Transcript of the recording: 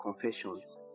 Confessions